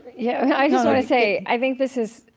yeah, i just want to say. i think this is,